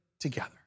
together